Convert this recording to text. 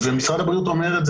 ומשרד הבריאות אומר את זה,